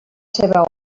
seva